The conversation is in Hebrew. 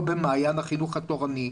לא במעין החינוך התורני,